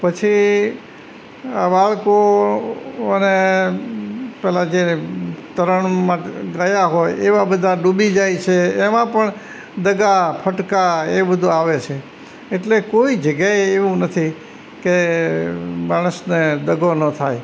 પછી આ બાળકો અને પેલા જ્યારે તરણમાં ગયા હોય એવા બધા ડૂબી જાય છે એમાં પણ દગા ફટકા એ બધુ આવે છે એટલે કોઈ જગ્યાએ એવું નથી કે માણસને દગો ન થાય